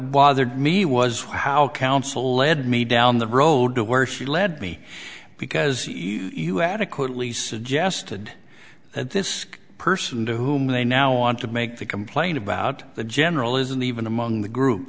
bothered me was how counsel led me down the road to where she led me because you adequately suggested that this person to whom they now want to make the complaint about the general isn't even among the group